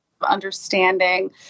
understanding